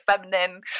feminine